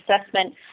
assessment